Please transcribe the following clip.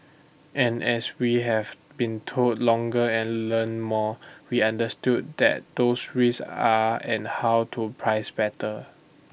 and as we have been told longer and learn more we understood what those risks are and how to price better